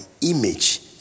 image